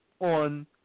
on